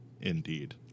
indeed